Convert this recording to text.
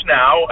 now